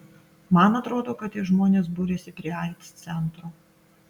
man atrodo kad tie žmonės buriasi prie aids centro